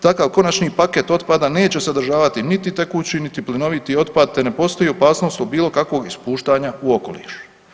Takav konačni paket otpada neće sadržavati niti tekućinu, niti plinoviti otpad, te ne postoji opasnost od bilo kakvog ispuštanja u okoliš.